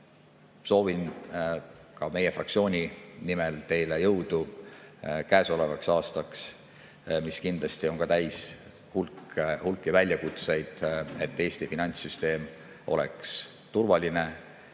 ka meie fraktsiooni nimel teile jõudu käesolevaks aastaks, mis kindlasti on täis hulka väljakutseid, et Eesti finantssüsteem oleks turvaline,